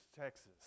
Texas